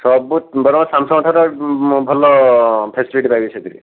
ସବୁ ବରଂ ସାମ୍ସଙ୍ଗଠାରୁ ଆହୁରି ଭଲ ଫ୍ୟାସିଲିଟି ପାଇବେ ସେଥିରେ